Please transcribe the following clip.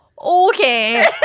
Okay